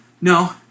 no